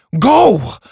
Go